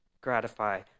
gratify